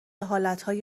حالتهای